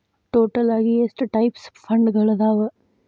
total ಆಗಿ ಎಷ್ಟ types ಫಂಡ್ಗಳದಾವ